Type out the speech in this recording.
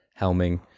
helming